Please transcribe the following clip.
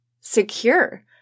secure